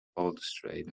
balustrade